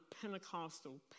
Pentecostal